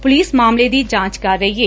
police ਮਾਮਲੇ ਦੀ ਜਾਂਚ ਕਰ ਰਹੀ ਏ